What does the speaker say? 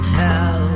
tell